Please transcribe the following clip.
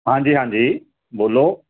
ਹਾਂਜੀ ਹਾਂਜੀ ਬੋਲੋ